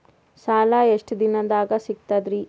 ಸಾಲಾ ಎಷ್ಟ ದಿಂನದಾಗ ಸಿಗ್ತದ್ರಿ?